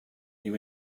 you